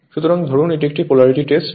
সুতরাং ধরুন এটি একটি পোলারিটি টেস্ট